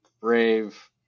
brave